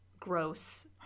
gross